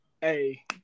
Hey